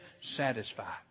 satisfied